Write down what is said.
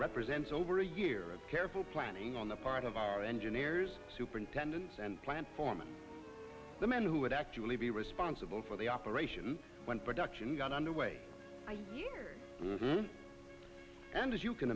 represents over a year of careful planning on the part of our engineers superintendents and plant foreman the men who would actually be responsible for the operation when production got underway and as you can